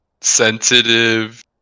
sensitive